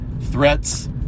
threats